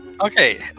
Okay